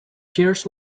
chairs